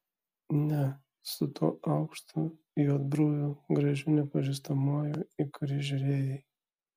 ne su tuo aukštu juodbruviu gražiu nepažįstamuoju į kurį žiūrėjai